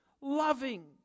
loving